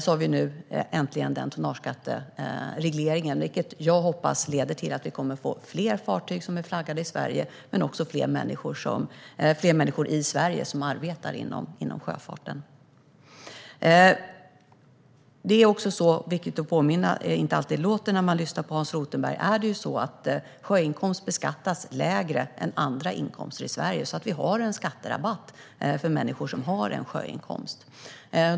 Nu har vi äntligen fått tonnageskatteregleringen, vilket jag hoppas leder till att vi kommer att få fler fartyg som är flaggade i Sverige men också fler människor i Sverige som arbetar inom sjöfarten. Det är viktigt att påminna om att sjöinkomst, vilket det inte alltid låter som när man lyssnar på Hans Rothenberg, beskattas lägre än andra inkomster i Sverige, så vi har en skatterabatt för människor som har en sjöinkomst.